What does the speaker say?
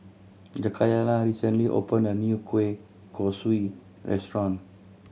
Jakayla recently opened a new kueh kosui restaurant